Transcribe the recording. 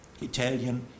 Italian